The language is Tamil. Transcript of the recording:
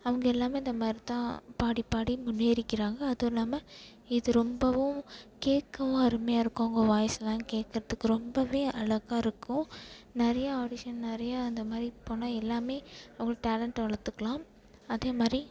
அவங்க எல்லாமே இதை மாதிரி தான் பாடி பாடி முன்னேறிக்குறாங்க அதுவும் இல்லாமல் இது ரொம்பவும் கேட்கவும் அருமையாக இருக்கும் அவங்க வாய்ஸ் எல்லாம் கேட்கறத்துக்கு ரொம்பவே அழகா இருக்கும் நிறையா ஆடிஷன் நிறையா அந்த மாதிரி பண்ணால் எல்லாமே அவங்களோட டேலண்ட்டை வளர்த்துக்கலாம் அதேமாதிரி